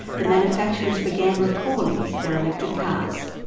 the manufacturers began recalling their electric cars.